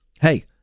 Hey